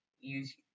use